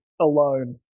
alone